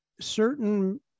certain